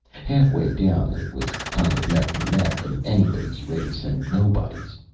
half-way down, it was kind of neck and neck, and anybody's race and nobody's.